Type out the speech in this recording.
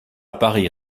paris